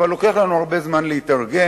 אבל לוקח לנו הרבה זמן להתארגן.